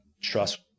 trust